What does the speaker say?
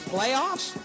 Playoffs